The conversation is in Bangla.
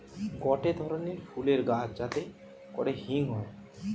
গটে ধরণের ফুলের গাছ যাতে করে হিং হয়ে